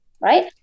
right